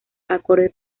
acorde